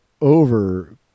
over